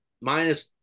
minus